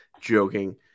joking